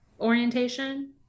orientation